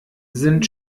sind